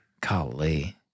Golly